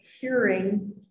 hearing